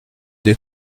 des